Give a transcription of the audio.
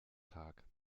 tag